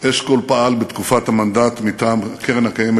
אשכול פעל בתקופת המנדט מטעם קרן קיימת